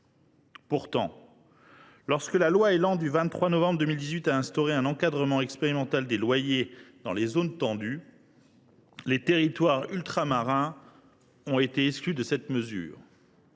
Pourtant, lorsque la loi Élan a institué un encadrement expérimental des loyers dans les zones tendues, les territoires ultramarins ont été exclus de cette mesure.